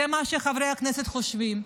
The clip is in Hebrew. זה מה שחברי הכנסת חושבים.